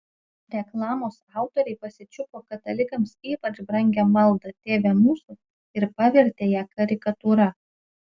reklamos autoriai pasičiupo katalikams ypač brangią maldą tėve mūsų ir pavertė ją karikatūra